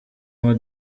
ngo